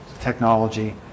technology